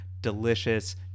delicious